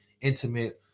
intimate